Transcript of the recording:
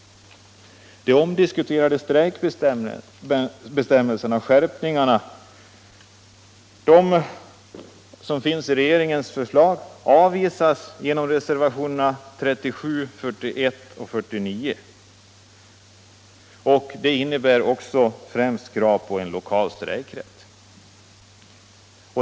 De omdiskuterade antistrejkbestämmelserna och de skärpningar som där har tillkommit i regeringens förslag avvisas i reservationerna 37, 41 och 49. Det innebär också krav på främst en lokal strejkrätt.